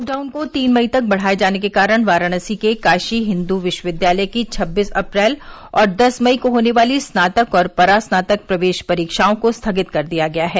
lockdown को तीन मई तक बढ़ाए जाने के कारण वाराणसी के काशी हिन्दू विश्वविद्यालय की छब्बीस अप्रैल और दस मई को होने वाली स्नातक और परास्नातक प्रवेश परीक्षाओं को स्थगित कर दिया गया है